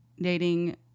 Dating